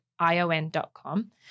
ION.com